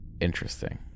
interesting